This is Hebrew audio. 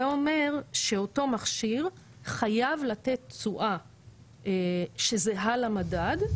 זה אומר שאותו מכשיר חייב לתת תשואה שזהה למדד,